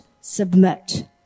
submit